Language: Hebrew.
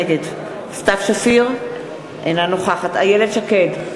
נגד סתיו שפיר, אינה נוכחת איילת שקד,